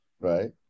Right